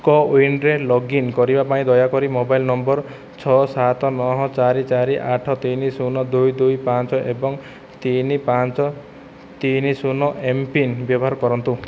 କୋୱିନରେ login କରିବା ପାଇଁ ଦୟାକରି ମୋବାଇଲ ନମ୍ବର ଛଅ ସାତ ନଅ ଚାରି ଚାରି ଆଠ ତିନି ଶୂନ ଦୁଇ ଦୁଇ ପାଞ୍ଚ ଏବଂ ତିନି ପାଞ୍ଚ ତିନି ଶୁନ ଏମ୍ପିନ୍ ବ୍ୟବହାର କରନ୍ତୁ